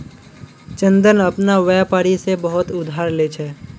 चंदन अपना व्यापारी से बहुत उधार ले छे